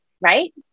right